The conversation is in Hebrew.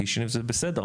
קישינב זה בסדר,